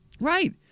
Right